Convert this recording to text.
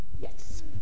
Yes